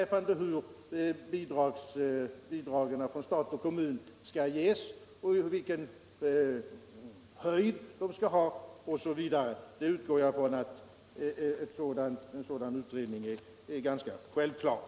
Jag erkänner att jag i mitt anförande inte kunde tänka mig den mest effektiva typen av styrning av läromedel, nämligen att socialdemokraterna i skolförordningen tar in en bestämmelse om att endast läromedel producerade vid visst — underförstått statligt — förlag får användas. Det var för mig en orimlig tanke. Men jag hade kanske fel. Kanske är den tanken i stället verklighet.